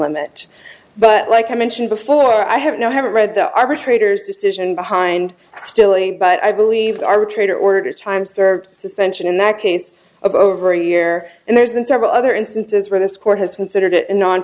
limit but like i mentioned before i have no i haven't read the arbitrator's decision behind stilling but i believe arbitrator order time served suspension in that case of over a year and there's been several other instances where this court has considered